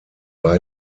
sowie